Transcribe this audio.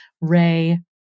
Ray